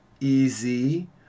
easy